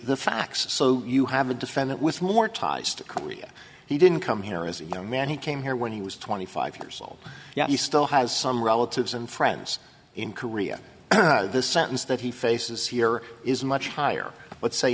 the facts so you have a defendant with more ties to korea he didn't come here as a young man he came here when he was twenty five years old yet he still has some relatives and friends in korea this sentence that he faces here is much higher let's say